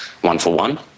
one-for-one